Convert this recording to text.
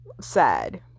sad